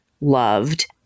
loved